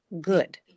good